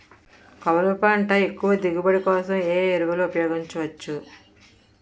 కొబ్బరి పంట ఎక్కువ దిగుబడి కోసం ఏ ఏ ఎరువులను ఉపయోగించచ్చు?